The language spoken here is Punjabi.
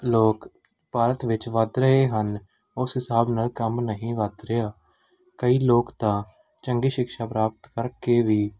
ਲੋਕ ਭਾਰਤ ਵਿੱਚ ਵੱਧ ਰਹੇ ਹਨ ਉਸ ਹਿਸਾਬ ਨਾਲ ਕੰਮ ਨਹੀਂ ਵੱਧ ਰਿਹਾ ਕਈ ਲੋਕ ਤਾਂ ਚੰਗੀ ਸ਼ਿਕਸ਼ਾ ਪ੍ਰਾਪਤ ਕਰਕੇ ਵੀ